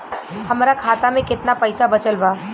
हमरा खाता मे केतना पईसा बचल बा?